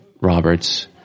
Roberts